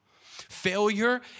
Failure